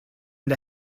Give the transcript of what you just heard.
and